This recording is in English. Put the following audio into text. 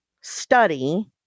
study